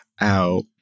out